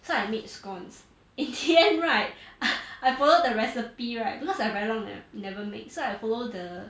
so I made scones in the end right I follow the recipe right because I very long never never make so I follow the